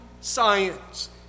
science